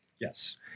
yes